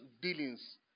dealings